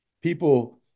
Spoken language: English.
people